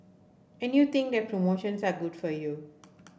and you think that promotions are good for you